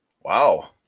wow